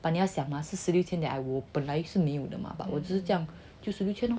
but 你要想我十六千本来是没有的 mah but 我就是这样